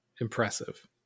impressive